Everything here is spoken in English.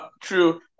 True